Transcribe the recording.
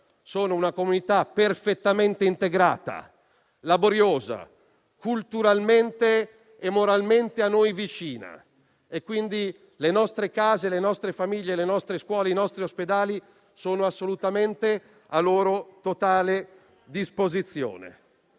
di una comunità perfettamente integrata, laboriosa, culturalmente e moralmente a noi vicina, per cui le nostre case, le nostre famiglie, le nostre scuole e i nostri ospedali sono assolutamente a loro totale disposizione.